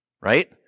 right